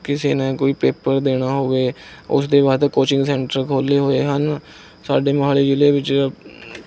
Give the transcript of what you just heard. ਕਿਸੇ ਨੇ ਕੋਈ ਪੇਪਰ ਦੇਣਾ ਹੋਵੇ ਉਸ ਦੇ ਵਾਸਤੇ ਕੋਚਿੰਗ ਸੈਂਟਰ ਖੋਲ੍ਹੇ ਹੋਏ ਹਨ ਸਾਡੇ ਮੋਹਾਲੀ ਜ਼ਿਲ੍ਹੇ ਵਿੱਚ